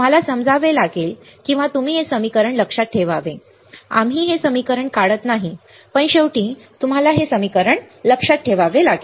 तुम्हाला समजावे लागेल किंवा तुम्ही हे समीकरण लक्षात ठेवावे आम्ही हे समीकरण काढत नाही पण शेवटी तुम्हाला हे समीकरण लक्षात ठेवावे लागेल